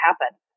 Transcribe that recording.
happen